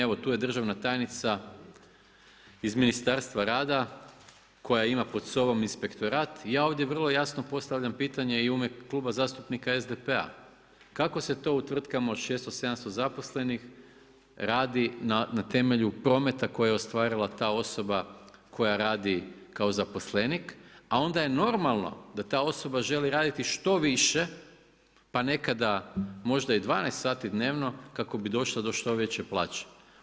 Evo tu je državna tajnica iz Ministarstva rada koja ima pod sobom inspektorat i ja ovdje vrlo jasno postavljam pitanje i u ime Kluba zastupnika SDP-a kako se to u tvrtkama od 600, 700 zaposlenih radi na temelju prometa koje je ostvarila ta osoba koja radi kao zaposlenik, a onda je normalno da ta osoba želi raditi što više pa nekada možda i 12 sati dnevno kako došla do što veće plaće.